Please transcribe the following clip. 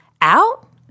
Out